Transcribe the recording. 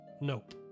Nope